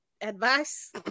Advice